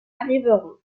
arriveront